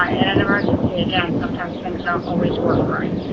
ah and an emergency, again, sometimes things don't always work right,